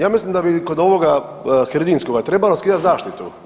Ja mislim da bi kod ovoga hridinskoga trebalo skidat zaštitu.